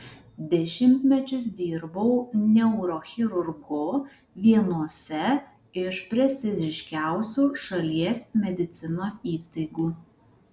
dešimtmečius dirbau neurochirurgu vienose iš prestižiškiausių šalies medicinos įstaigų